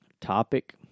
topic